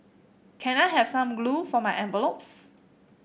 can I have some glue for my envelopes